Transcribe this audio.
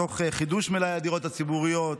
תוך חידוש מלאי הדירות הציבוריות.